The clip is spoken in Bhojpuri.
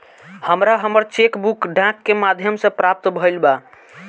हमरा हमर चेक बुक डाक के माध्यम से प्राप्त भईल बा